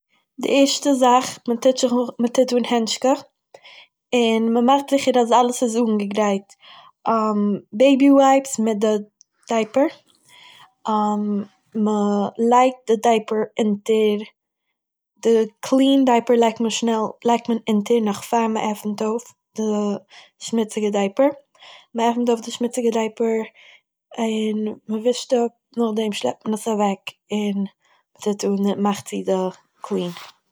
די ערשטע זאך מען טוהט זיך אן- מען טוהט אן הענטשקע, און מ'מאכט זיכער אז אלעס איז אנגעגרייט בייבי ווייפס מיט דער דייפער מ'לייגט דער דייפער אונטער די קלין דייפער לייגט מען שנעל- לייגט מען אונטער נאך פאר מען עפענט אויף די שמוציגע דייפער, מ'עפענט אויף די שמוציגע דייפער און, מען ווישט אפ נאכדעם שלעפט מען עס אוועק, און מען טוהט אן- מ'מאכט צו די קלין